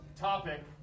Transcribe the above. topic